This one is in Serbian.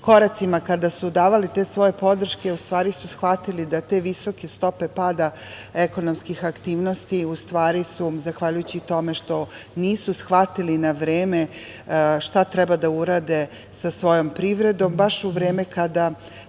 koracima kada su davali svoje podrške, u stvari su shvatili da te visoke stope pada ekonomskih aktivnosti u stvari su zahvaljujući tome što nisu shvatili na vreme šta treba da urade sa svojom privredom, baš u vreme kada